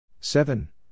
Seven